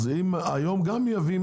היום גם מייבאים,